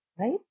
Right